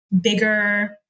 bigger